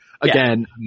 again